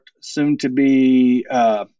soon-to-be